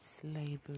slavery